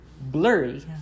blurry